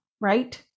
Right